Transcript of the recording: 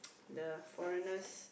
the foreigners